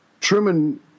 Truman